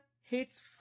hates